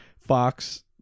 fox